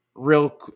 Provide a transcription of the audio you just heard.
real